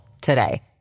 today